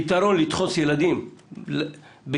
הפתרון לדחוס ילדים בכיתות